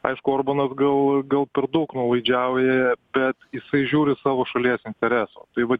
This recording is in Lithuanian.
aišku orbanas gal gal per daug nuolaidžiauja bet jisai žiūri savo šalies intereso tai vat